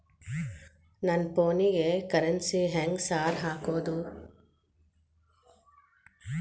ನನ್ ಫೋನಿಗೆ ಕರೆನ್ಸಿ ಹೆಂಗ್ ಸಾರ್ ಹಾಕೋದ್?